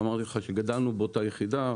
ואמרתי לך שגדלנו באותה יחידה,